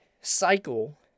cycle